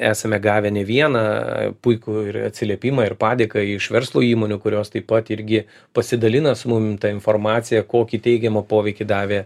esame gavę ne vieną puikų atsiliepimą ir padėką iš verslo įmonių kurios taip pat irgi pasidalina su mum ta informacija kokį teigiamą poveikį davė